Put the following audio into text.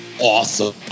awesome